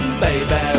baby